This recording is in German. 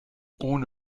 ohne